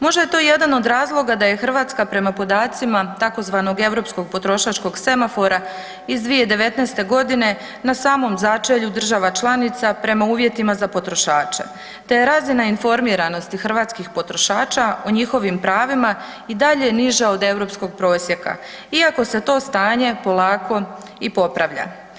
Možda je to jedan od razloga da je Hrvatska prema podacima tzv. Europskog potrošačkog semafora iz 2019.g. na samom začelju država članica prema uvjetima za potrošače, te je razina informiranosti hrvatskih potrošača o njihovim pravima i dalje niža od europskog prosjeka iako se to stanje polako i popravlja.